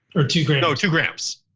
or two grams? no, two grams.